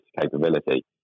capability